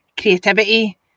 creativity